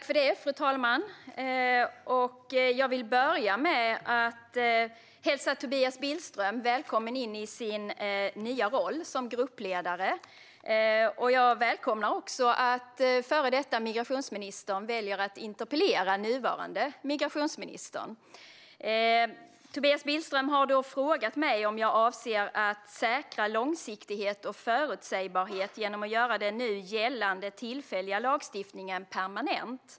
Fru talman! Jag vill börja med att hälsa Tobias Billström välkommen in i sin nya roll som gruppledare. Jag välkomnar också att den före detta migrationsministern väljer att interpellera nuvarande migrationsminister. Tobias Billström har frågat mig om jag avser att säkra långsiktighet och förutsägbarhet genom att göra den nu gällande tillfälliga lagstiftningen permanent.